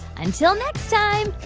until next time,